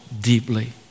deeply